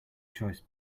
choice